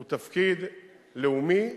הוא תפקיד לאומי,